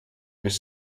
mais